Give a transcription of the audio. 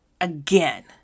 again